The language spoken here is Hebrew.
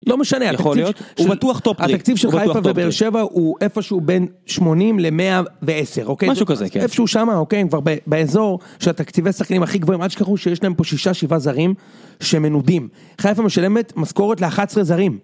לא משנה, התקציב של חייפה ובאר שבע הוא איפשהו בין 80 ל-110, אוקיי? משהו כזה, כן. איפשהו שם, אוקיי? כבר באזור של התקציבי שחקנים הכי גבוהים, אל תשכחו שיש להם פה 6-7 זרים שמנודים. חייפה משלמת משכורת ל-11 זרים.